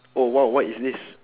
oh !wow! what is this